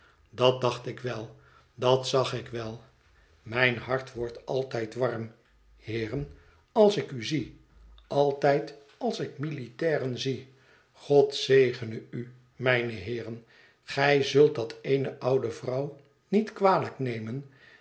dat dacht ik wel dat zag ik wel mijn hart wordt altijd warm heeren als ik u zie altijd als ik militairen zie god zegene u mijne heeren gij zult dat eene oude vrouw niet kwalijk nemen